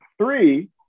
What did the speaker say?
three